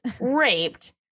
raped